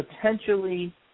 potentially